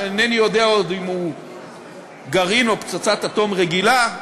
שאינני יודע עוד אם הוא גרעין או פצצת אטום רגילה,